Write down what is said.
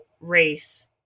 race